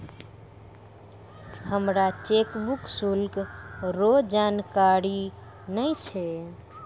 हमरा चेकबुक शुल्क रो जानकारी नै छै